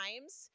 times